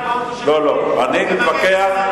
אני לא מתווכח,